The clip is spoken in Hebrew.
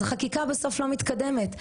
אז החקיקה בסוף לא מתקדמת.